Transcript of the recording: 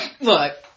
Look